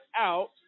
out